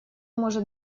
может